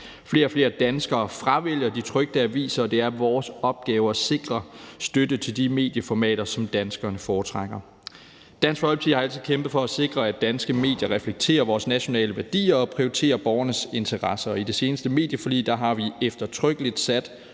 Flere og flere danskere fravælger de trykte aviser, og det er vores opgave at sikre støtte til de medieformater, som danskerne foretrækker. Dansk Folkeparti har altid kæmpet for at sikre, at danske medier reflekterer vores nationale værdier og prioriterer borgernes interesser, og i det seneste medieforlig har vi eftertrykkeligt sat